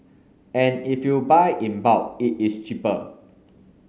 and if you buy in bulk it is cheaper